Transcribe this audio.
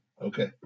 Okay